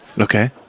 Okay